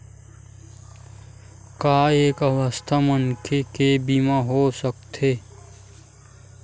का एक अस्वस्थ मनखे के बीमा हो सकथे?